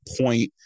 point